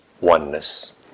oneness